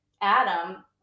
adam